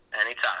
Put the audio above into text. Anytime